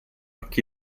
occhi